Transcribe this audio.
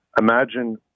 Imagine